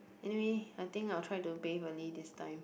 anyway I think I will try to bathe early this time